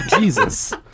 Jesus